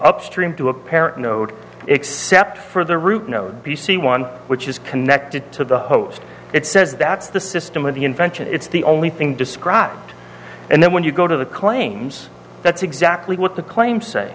upstream to a parent node except for the root node b c one which is connected to the host it says that's the system of the invention it's the only thing described and then when you go to the claim that's exactly what the claim say